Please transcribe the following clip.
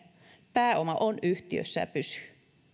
pääoma on yhtiössä ja pysyy